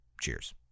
Cheers